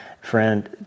Friend